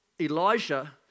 Elijah